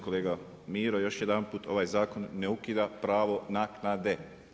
Kolega Miro, još jedanput ovaj zakon ne ukida pravo na naknade.